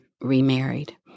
remarried